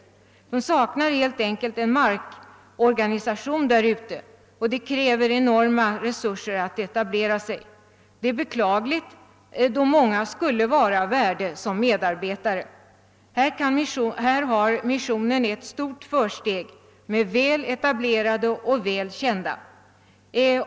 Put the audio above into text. Men de saknar helt enkelt en markorganisation där ute, och det krävs enorma resurser att etablera sig. Det är beklagligt, då många skulle vara av värde som medarbetare. Här har missionen ett stort försteg, väletablerad och välkänd.